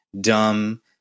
dumb